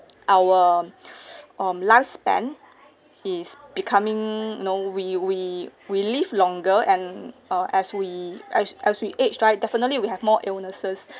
our um lifespan is becoming you know we we we live longer and uh as we as as we age right definitely we have more illnesses